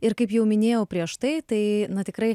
ir kaip jau minėjau prieš tai tai tikrai